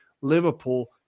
Liverpool